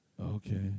Okay